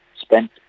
spent